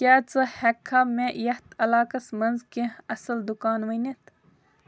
کیٛاہ ژٕ ہٮ۪ککھا مےٚ یَتھ علاقَس منٛز کینٛہہ اصٕل دُکان ؤنِتھ